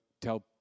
tell